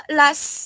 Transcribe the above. last